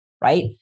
right